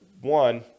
one